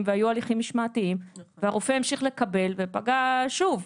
והיו הליכים משמעתיים והרופא המשיך לקבל ופגע שוב.